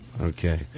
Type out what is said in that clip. Okay